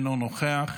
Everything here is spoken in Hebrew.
אינו נוכח,